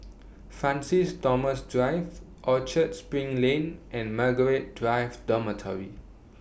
Francis Thomas Drive Orchard SPRING Lane and Margaret Drive Dormitory